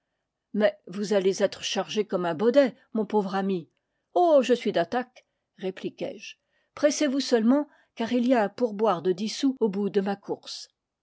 mais vous allez être chargé comme un baudet mon pauvre ami oh je suis d'attaque répliquai-je pressez vous seu lement car il y a un pourboire de dix sous au bout de ma course